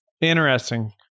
Interesting